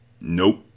Nope